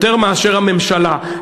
יותר מאשר הממשלה,